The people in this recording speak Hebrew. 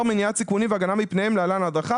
מניעת סיכונים והגנה מפניהם להלן ההדרכה,